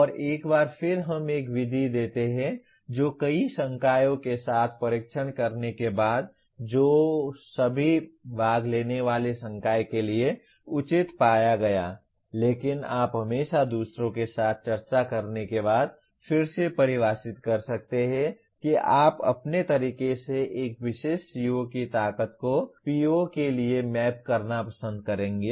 और एक बार फिर हम एक विधि देते हैं जो कई संकायों के साथ परीक्षण करने के बाद जो सभी भाग लेने वाले संकाय के लिए उचित पाया गया लेकिन आप हमेशा दूसरों के साथ चर्चा करने के बाद फिर से परिभाषित कर सकते हैं कि आप अपने तरीके से एक विशेष CO की ताकत को PO के लिए मैप करना पसंद करेंगे